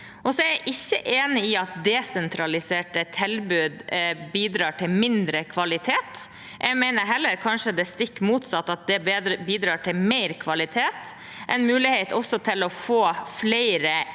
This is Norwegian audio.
er jeg ikke enig i at desentraliserte tilbud bidrar til mindre kvalitet. Jeg mener heller kanskje det stikk motsatte, at det bidrar til mer kvalitet og er en mulighet til å få flere